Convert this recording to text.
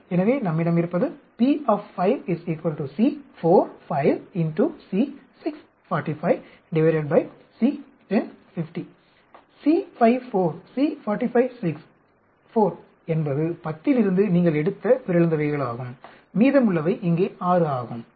எனவே நம்மிடம் இருப்பது C 5 4 C 45 6 4 என்பது 10 இலிருந்து நீங்கள் எடுத்த பிறழ்ந்தவைகளாகும் மீதமுள்ளவை இங்கே 6 ஆகும்